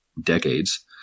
decades